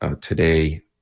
today